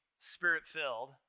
spirit-filled